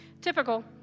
Typical